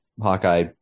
Hawkeye